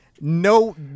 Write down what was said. No